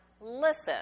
Listen